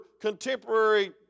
contemporary